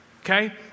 okay